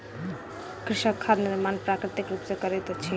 कृषक खाद निर्माण प्राकृतिक रूप सॅ करैत अछि